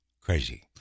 crazy